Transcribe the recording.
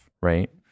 Right